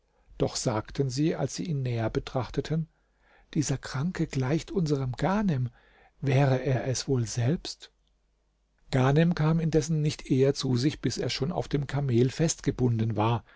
doch sagten sie als sie ihn näher betrachteten dieser kranke gleicht unserm ghanem wäre er es wohl selbst ghanem kam indessen nicht eher zu sich bis er schon auf dem kamel festgebunden war